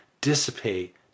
dissipate